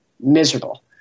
miserable